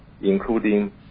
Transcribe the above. including